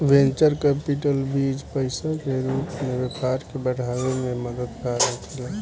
venture capital बीज पईसा के रूप में व्यापार के बढ़ावे में मददगार होखेला